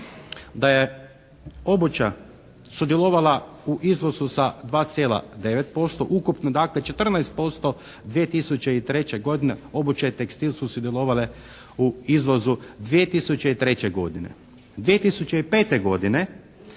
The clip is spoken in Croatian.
da je obuća sudjelovala u izvozu sa 2,9%. Ukupno, dakle, 14% 2003. godine obuća i tekstil su sudjelovale u izvozu 2003. godine. 2005. godine